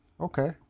Okay